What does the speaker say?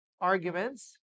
arguments